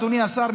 אדוני השר,